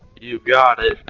you got it,